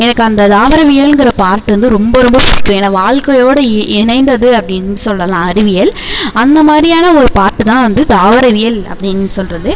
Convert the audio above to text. எனக்கு அந்த தாவரவியலுங்கிற பார்ட் வந்து ரொம்ப ரொம்பப் பிடிக்கும் ஏன்னா வாழ்க்கையோட இ இணைந்தது அப்படின்னு சொல்லலாம் அறிவியல் அந்த மாதிரியான ஒரு பார்ட்டு தான் வந்து தாவரவியல் அப்படின்னு சொல்கிறது